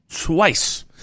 twice